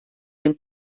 dem